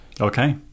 Okay